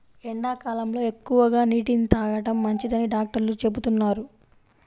ఎండాకాలంలో ఎక్కువగా నీటిని తాగడం మంచిదని డాక్టర్లు చెబుతున్నారు